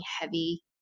heavy